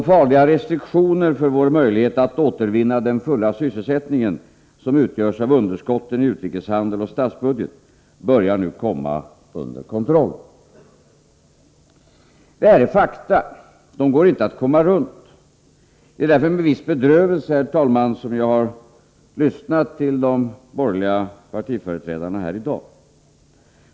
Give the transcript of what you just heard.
De farliga restriktioner för vår möjlighet att återvinna den fulla sysselsättningen som utgörs av underskotten i utrikeshandel och statsbudget börjar nu komma under kontroll. Detta är fakta. De går inte att komma runt. Det är därför med viss bedrövelse, herr talman, som jag har lyssnat på de borgerliga partiföreträdarna här i dag.